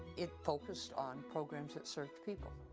it focused on programs that serve people,